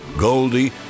Goldie